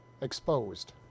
exposed